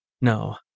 No